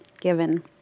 given